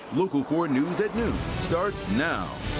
local four news at noon starts now.